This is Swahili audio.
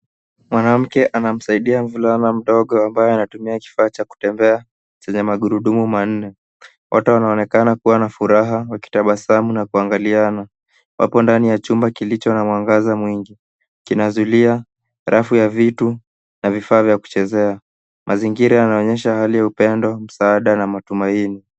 Mwanamke anamsaidia mvulana mdogo ambaye anatumia kifaa cha kutembea chenye magurudumu manne. Wote wanaonekana kua na furaha wakitabasamu na kuangaliana, hapo ndani ya chumba kilicho na mwangaza mwingi. Kina zulia, rafu ya vitu, na vifaa vya kuchezea. Mazingira yanaonyesha hali ya upendo, msaada, na matumaini.